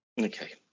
Okay